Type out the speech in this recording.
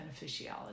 beneficiality